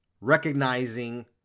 recognizing